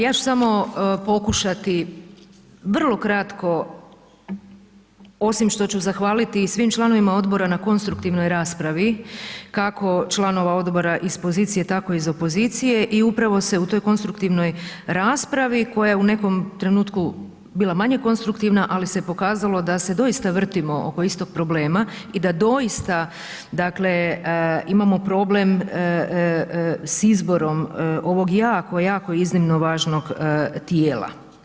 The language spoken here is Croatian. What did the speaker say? Ja ću samo pokušati vrlo kratko osim što ću zahvaliti i svim članovima odbora na konstruktivnoj raspravi kako članova odbora iz pozicije tako i iz opozicije i upravo se u toj konstruktivnoj raspravi koja je u nekom trenutku bila manje konstruktivna ali se pokazalo da se doista vrtimo oko istog problema i da doista imamo problem s izborom ovog jako, jako iznimno važnog tijela.